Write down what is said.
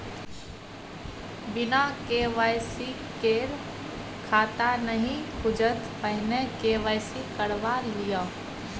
बिना के.वाई.सी केर खाता नहि खुजत, पहिने के.वाई.सी करवा लिअ